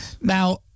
Now